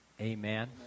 Amen